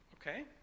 Okay